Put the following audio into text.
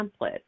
template